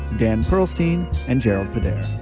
dan perlstein and jerald podair